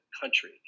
country